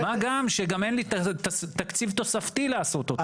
מה גם, שגם אין לי תקציב תוספתי לעשות אותם.